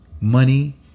money